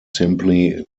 simply